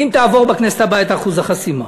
אם תעבור בכנסת הבאה את אחוז החסימה.